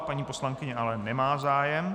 Paní poslankyně ale nemá zájem.